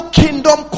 kingdom